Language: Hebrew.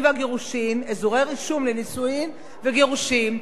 והגירושין (אזורי רישום לנישואין וגירושין),